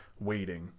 waiting